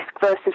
versus